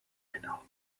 vinyl